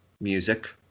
music